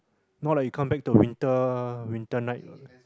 more like you come back to winter winter night